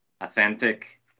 authentic